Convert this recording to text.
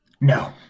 No